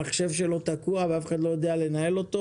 המחשב שלו תקוע ואף אחד לא יודע לנהל אותו